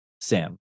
Sam